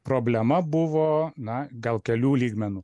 problema buvo na gal kelių lygmenų